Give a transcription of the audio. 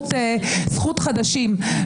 זכות חדשים,